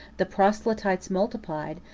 the proselytes multiplied,